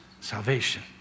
salvation